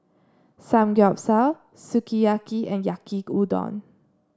Samgeyopsal Sukiyaki and Yaki Udon